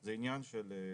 זה עניין של פוקוס,